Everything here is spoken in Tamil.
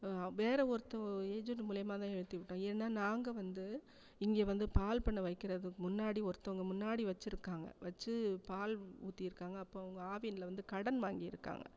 வேறு ஒருத்த ஏஜென்ட்டு மூலயமாதான் ஏற்றி விட்டோம் ஏன்னால் நாங்கள் வந்து இங்கே வந்து பால் பண்ணை வைக்கிறதுக்கு முன்னாடி ஒருத்தவங்க முன்னாடி வச்சுருக்காங்க வச்சு பால் உ ஊற்றிருக்காங்க அப்போது அவங்க ஆவினில் கடன் வாங்கி இருக்காங்க